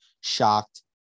Shocked